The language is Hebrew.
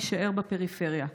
יישאר בפריפריה.